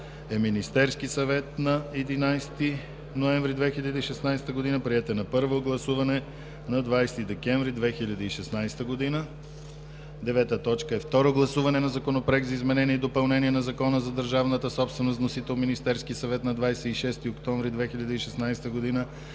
Министерският съвет на 1 ноември 2016 г. Приет е на първо гласуване на 20 декември 2016 г. 9. Второ гласуване на Законопроект за изменение и допълнение на Закона за държавната собственост. Вносител е Министерският съвет на 26 октомври 2016 г.